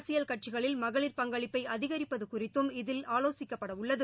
அரசியல் கட்சிகளில் மகளிர் பங்களிப்பை அதிகிப்பது குறித்தும் இதில் ஆலோசிக்கப்பட உள்ளது